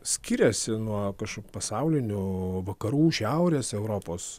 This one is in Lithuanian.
skiriasi nuo kažkokių pasaulinių vakarų šiaurės europos